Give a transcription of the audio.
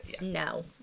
No